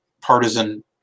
partisan